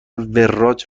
وراج